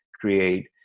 create